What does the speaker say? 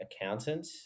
accountant